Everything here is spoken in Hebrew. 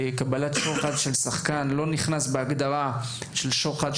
קבלת שוחד של שחקן לא נכנסת להגדרה של שוחד,